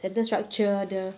sentence structure the